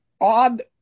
odd